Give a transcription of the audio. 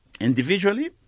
individually